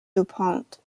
dupont